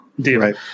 deal